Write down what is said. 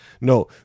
No